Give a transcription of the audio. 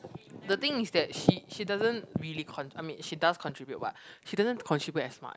the thing is that she she doesn't really con~ I mean she does contribute but she doesn't contribute as much